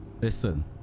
Listen